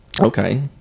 Okay